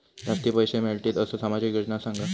जास्ती पैशे मिळतील असो सामाजिक योजना सांगा?